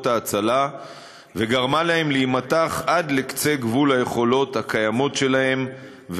ההצלה וגרמה להם להימתח עד לקצה גבול היכולות הקיימות שלהם,